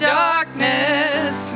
darkness